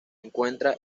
encuentra